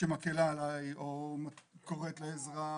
שמקלה עליי או קוראת לעזרה,